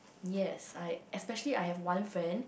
yes I especially I have one friend